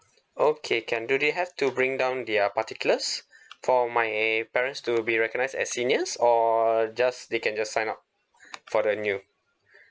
okay can do they have to bring down their particulars for my parents to be recognized as seniors or just they can just sign up for the new